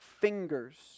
fingers